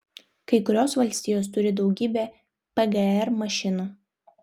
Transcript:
kai kurios valstijos turi daugybę pgr mašinų